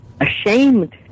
ashamed